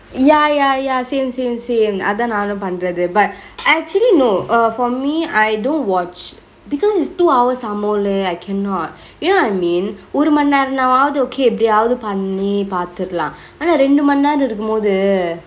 ya ya ya same same same அதா நானு பன்ரது:athaa naanu panrathu but actually no err for me I don't watch because it's two hours somemore leh I cannot you know what I mean ஒரு மன்னேரனாவது:oru manneranaavathu okay எப்டியாது பன்னி பாத்தர்லா ஆனா ரெண்டு மன்னேரொ இருக்கும்போது:epadiyaavathu panni paatherlaa aana rendu mannerae irukkumpothu